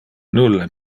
nulle